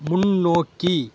முன்னோக்கி